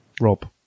Rob